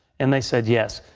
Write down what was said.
and they said yes.